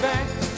back